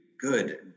good